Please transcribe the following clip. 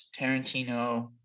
Tarantino